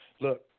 Look